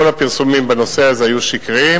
כל הפרסומים בנושא הזה היו שקריים,